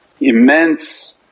immense